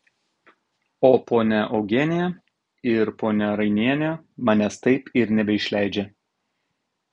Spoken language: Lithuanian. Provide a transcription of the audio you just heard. o ponia eugenija ir ponia rainienė manęs taip ir nebeišleidžia